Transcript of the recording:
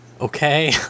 okay